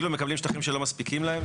הם מקבלים שטחים שלא מספיקים להם,